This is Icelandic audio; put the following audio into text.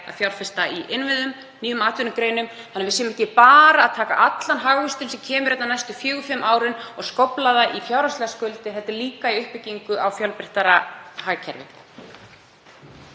að fjárfesta í innviðum og nýjum atvinnugreinum þannig að við séum ekki bara að taka allan hagvöxtinn sem kemur næstu fjögur til fimm árin og skófla því í fjárhagslegar skuldir heldur líka í uppbyggingu á fjölbreyttara hagkerfi.